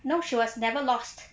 no she was never last